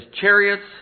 chariots